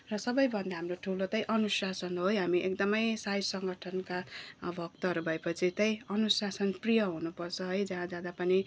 र सबैभन्दा हाम्रो ठुलो चाहिँ अनुशासन हो है हामी एकदमै साई सङ्गठनका भक्तहरू भएपछि चाहिँ अनुशासनप्रिय हुनुपर्छ है जहाँ जाँदा पनि